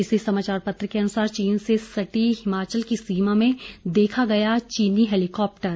इसी समाचार पत्र के अनुसार चीन से सटी हिमाचल की सीमा में देखा गया चीनी हैलीकॉप्टर